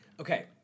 Okay